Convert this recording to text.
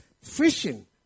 fishing